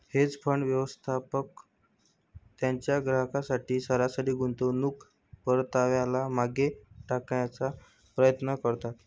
hedge fund, व्यवस्थापक त्यांच्या ग्राहकांसाठी सरासरी गुंतवणूक परताव्याला मागे टाकण्याचा प्रयत्न करतात